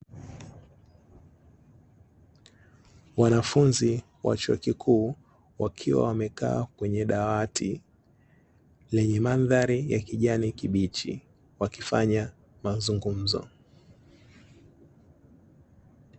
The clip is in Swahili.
Wanafunzi wa chuo kikuu, wakiwa wamekaa kwenye dawati lenye mandhari ya kijani kibichi, wakifanya mazungumzo.